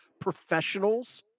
professionals